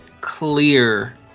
clear